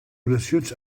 oracions